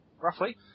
roughly